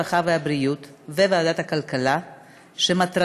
הרווחה והבריאות ולוועדת הכלכלה שמטרתה